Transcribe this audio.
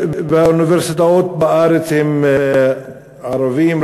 באוניברסיטאות בארץ, הם ערבים.